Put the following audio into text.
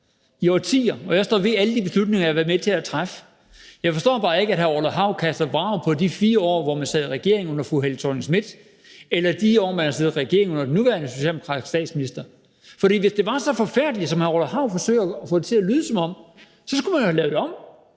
årtier – og jeg står ved alle de beslutninger, jeg har været med til at træffe. Jeg forstår bare ikke, at hr. Orla Hav kaster vrag på de 4 år, hvor man sad i regering under fru Helle Thorning-Schmidt, eller de år, man har siddet i regering under den nuværende socialdemokratiske statsminister. For hvis det var så forfærdeligt, som hr. Orla Hav forsøger at få det til at lyde som, skulle man jo have lavet det om.